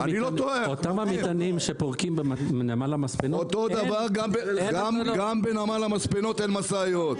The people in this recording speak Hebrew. אותם המטענים שפורקים בנמל המספנות -- גם בנמל המספנות אין משאיות.